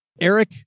Eric